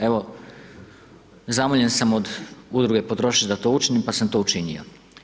Evo, zamoljen sam od Udruge Potrošač da to učinim, pa sam to učinio.